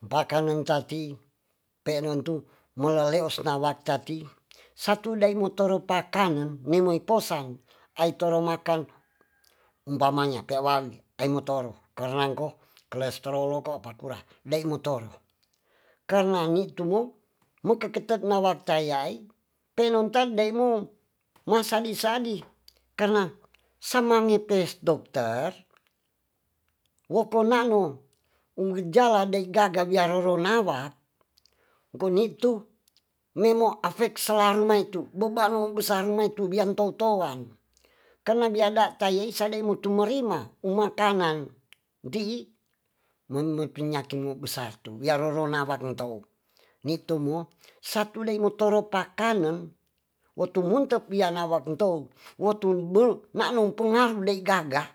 Bakalan tati penentu meleleous sawatati satu daimopakangan memoiposan aitoro makan uumpamanya piawawi pengotoro karnangko kelestroloko pakura deimatoro karna ngitunu mekekete nawacayai pelotatdemu masadi sadi karna samngetes dokter wokonano gejalade gaga biaroronawa punitu memo afexlaraitu bebalo besar rumaitu biantotohan kanabiada tayesadaemu tumurima umatanan di mengmengpenya besar tu rorona wanto nitumu satu deamoropa kanen wotunta pianwanto wotubel nano pengaru daigaga